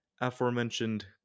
aforementioned